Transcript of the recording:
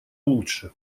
лучше